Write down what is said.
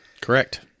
Correct